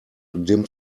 dim